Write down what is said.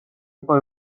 იყო